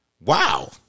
Wow